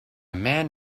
man